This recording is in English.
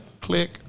Click